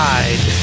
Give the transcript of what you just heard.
Side